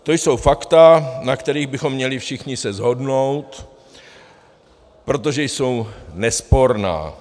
To jsou fakta, na kterých bychom se měli všichni shodnout, protože jsou nesporná.